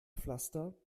pflaster